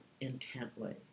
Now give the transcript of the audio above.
intently